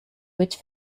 which